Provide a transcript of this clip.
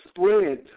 spread